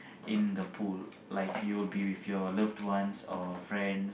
in the pool like you will be with your loved ones or friends